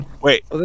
Wait